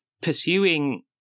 pursuing